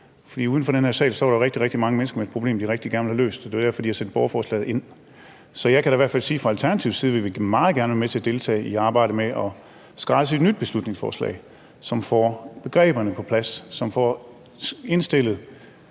uden for den her sal står der rigtig, rigtig mange mennesker med et problem, som de rigtig gerne vil have løst, og det er derfor, de har sendt borgerforslaget ind. Så jeg kan da i hvert fald sige fra Alternativets side, at vi meget gerne vil være med til at deltage i arbejdet med at skræddersy et nyt beslutningsforslag, som får begreberne på plads, og som får indstillet